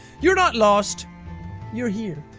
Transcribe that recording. you're not lost you're here!